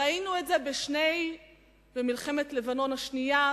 ראינו את שיתוף הפעולה במלחמת לבנון השנייה,